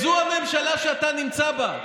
זאת הממשלה שאתה נמצא בה.